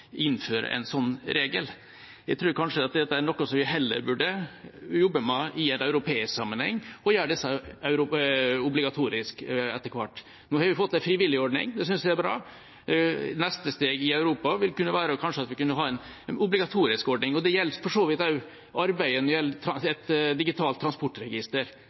innfører en sånn regel. Jeg tror kanskje at dette er noe vi heller burde jobbe med i en europeisk sammenheng, og gjøre disse obligatoriske etter hvert. Nå har vi fått en frivillig ordning, og det synes jeg er bra. Neste steg i Europa vil kanskje kunne være en obligatorisk ordning. Det gjelder for så vidt også arbeidet med et digitalt transportregister.